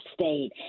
State